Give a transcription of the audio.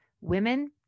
women